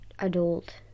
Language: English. adult